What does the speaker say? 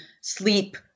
sleep